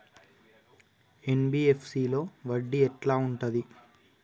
NBFC లో వడ్డీ ఎట్లా ఉంటది?